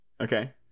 okay